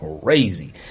crazy